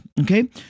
Okay